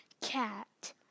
Cat